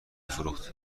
فروخت